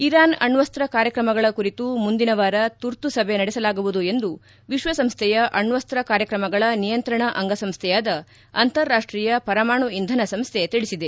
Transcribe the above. Iran ಅಣ್ಣಕ್ಷ ಕಾರ್ಯಕ್ರಮಗಳ ಕುರಿತು ಮುಂದಿನ ವಾರ ತುರ್ತು ಸಭೆ ನಡೆಸಲಾಗುವುದು ಎಂದು ವಿಶ್ವಸಂಸ್ಥೆಯ ಅಣ್ಣಕ್ಷ ಕಾರ್ಯಕ್ರಮಗಳ ನಿಯಂತ್ರಣ ಅಂಗ ಸಂಸ್ಥೆಯಾದ ಅಂತಾರಾಷ್ಷೀಯ ಪರಮಾಣು ಇಂಧನ ಸಂಸ್ಥೆ ತಿಳಿಸಿದೆ